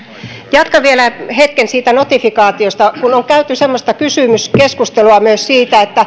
jatkan vielä hetken siitä notifikaatiosta kun on käyty semmoista kysymyskeskustelua myös siitä että